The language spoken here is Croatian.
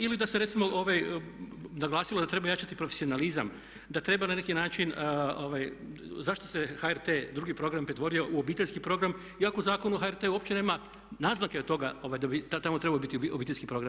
Ili da se recimo naglasilo da treba jačati profesionalizam, da treba na neki način, zašto se HRT, drugi program pretvorio u obiteljski program, iako u Zakonu o HRT-u uopće nema naznake toga da bi tamo trebao biti obiteljski program.